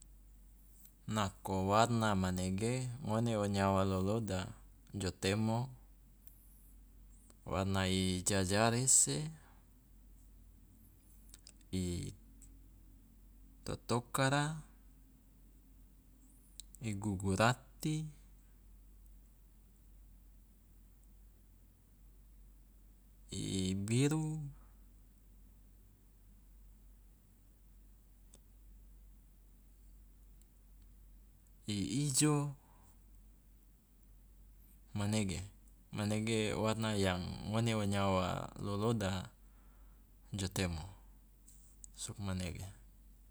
Nako warna manege ngone o nyawa loloda jo temo warna i jajarese, i totokara, i gugurati, i biru, i ijo, manege, manege warna yang ngone wo nyawa loloda jo temo, sugmanege.